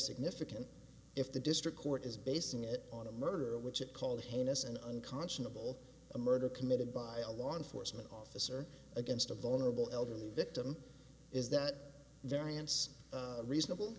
significant if the district court is basing it on a murder in which it called heinous and unconscionable a murder committed by a law enforcement officer against a vulnerable elderly victim is that variance reasonable